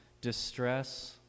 distress